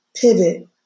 pivot